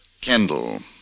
Kendall